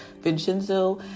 Vincenzo